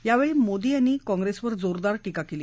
यावेळी मोदी यांनी काँप्रेसवर जोरदार टीका केली